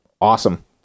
Awesome